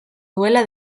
duela